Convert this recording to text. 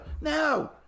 No